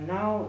Now